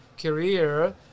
career